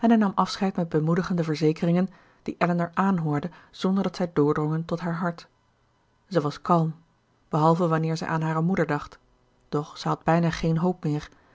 nam afscheid met bemoedigende verzekeringen die elinor aanhoorde zonder dat zij doordrongen tot haar hart zij was kalm behalve wanneer zij aan hare moeder dacht doch zij had bijna geen hoop meer